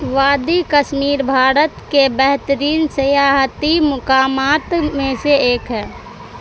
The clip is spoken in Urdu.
وادی کشمیر بھارت کے بہترین سیاحتی مقامات میں سے ایک ہے